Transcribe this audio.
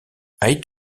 aït